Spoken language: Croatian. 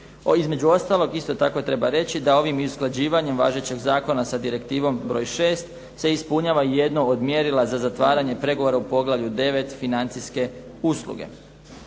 Između ostalog isto tako treba reći da ovim usklađivanjem važećeg zakona sa Direktivom broj 6 se ispunjava jedno od mjerila za zatvaranje pregovora u poglavlju 9. – Financijske usluge.